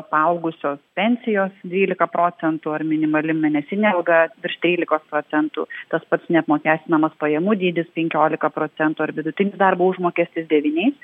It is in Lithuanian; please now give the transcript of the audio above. paaugusios pensijos dvylika procentų ar minimali mėnesinė alga virš trylikos procentų tas pats neapmokestinamas pajamų dydis penkiolika procentų ar vidutinis darbo užmokestis devyniais